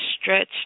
stretch